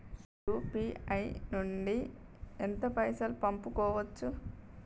UPI నుండి ఎంత పైసల్ పంపుకోవచ్చు?